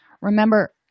Remember